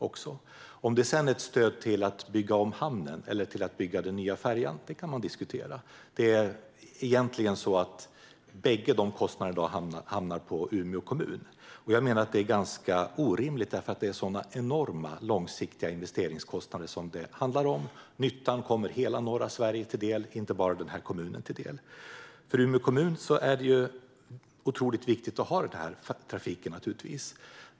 Om det sedan ska vara ett stöd till att bygga om hamnen eller till att bygga den nya färjan kan man diskutera. Bägge kostnaderna hamnar egentligen på Umeå kommun. Jag menar att det är ganska orimligt, eftersom det är så enorma långsiktiga investeringskostnader som det handlar om. Nyttan kommer hela norra Sverige till del, inte bara Umeå. För Umeå kommun är det naturligtvis otroligt viktigt att ha den här trafiken.